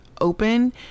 open